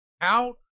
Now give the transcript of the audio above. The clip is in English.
out